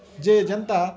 ଯେ ଜେନ୍ତା